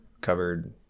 covered